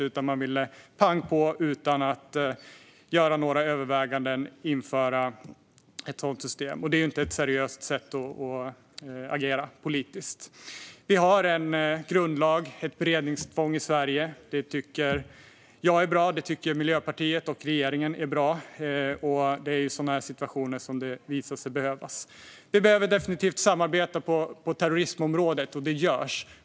I stället ville man pang på, utan att göra några överväganden, införa ett sådant system. Det är inte ett seriöst sätt att agera politiskt. Vi har en grundlag och ett beredningstvång i Sverige. Det tycker jag är bra, och det tycker Miljöpartiet och regeringen är bra. Det är i sådana här situationer som det visar sig behövas. Vi behöver definitivt samarbeta på terrorismområdet, och det görs.